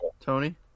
Tony